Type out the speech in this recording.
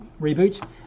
reboot